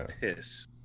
piss